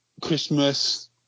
Christmas